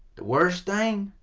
the worst thing.